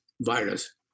virus